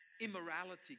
immorality